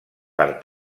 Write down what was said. per